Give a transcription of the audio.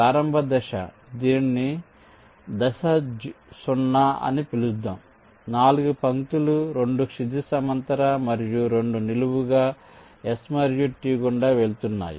ప్రారంభ దశ దీనిని దశ 0 అని పిలుద్దాం 4 పంక్తులు 2 క్షితిజ సమాంతర మరియు 2 నిలువుగా S మరియు T గుండా వెళ్తున్నాయి